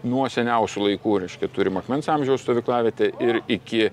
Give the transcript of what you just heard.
nuo seniausių laikų reiškia turim akmens amžiaus stovyklavietę ir iki